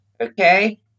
Okay